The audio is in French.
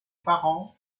parents